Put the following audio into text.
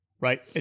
right